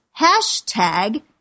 hashtag